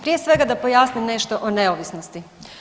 Prije svega, da pojasnim nešto o neovisnosti.